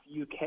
UK